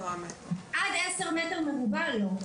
עד עשר מטר מרובע לא.